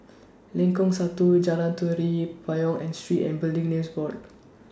Lengkong Satu Jalan Tari Payong and Street and Building Names Board